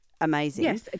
amazing